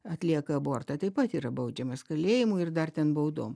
atlieka abortą taip pat yra baudžiamas kalėjimu ir dar ten baudom